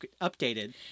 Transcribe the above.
updated